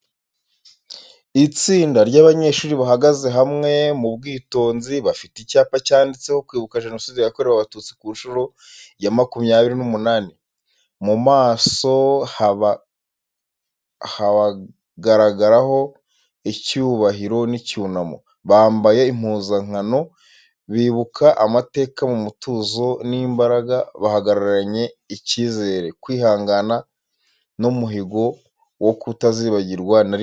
Itsinda ry’abanyeshuri bahagaze hamwe mu bwitonzi, bafite icyapa cyanditseho “Kwibuka Jenoside yakorewe Abatutsi ku nshuro ya makumyabiri n'umunani.” Mu maso habagaragaraho icyubahiro n’icyunamo. Bambaye impuzankano, bibuka amateka mu mutuzo n’imbaraga, bahagararanye icyizere, kwihangana n’umuhigo wo kutazibagirwa na rimwe.